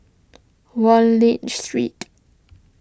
Wallich Street